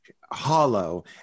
hollow